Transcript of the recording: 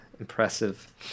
Impressive